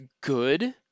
good